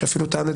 שאפילו טען,